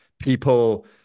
people